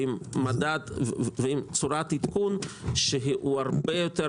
ועם צורת עדכון שהיא הרבה יותר